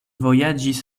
vojaĝis